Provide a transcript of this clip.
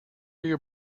your